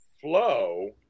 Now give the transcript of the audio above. Flow